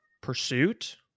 pursuit